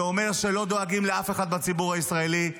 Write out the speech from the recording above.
שאומר שלא דואגים לאף אחד בציבור הישראלי,